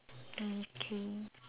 okay